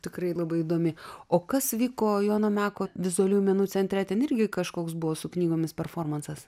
tikrai labai įdomi o kas vyko jono meko vizualiųjų menų centre ten irgi kažkoks buvo su knygomis performansas